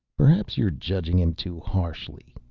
perhaps you're judging him too harshly,